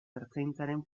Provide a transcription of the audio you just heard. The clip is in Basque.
ertzaintzaren